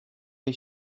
way